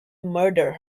murder